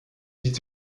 dit